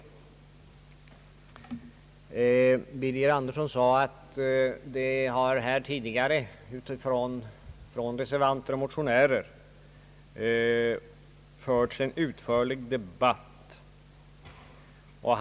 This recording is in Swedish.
Herr Birger Andersson sade att reservanter och motionärer utförligt har debatterat denna fråga.